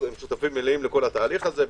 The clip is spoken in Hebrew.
שותפים מלאים לכל התהליך הזה.